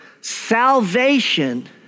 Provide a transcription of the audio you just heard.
salvation